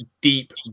deep